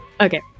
Okay